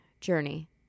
journey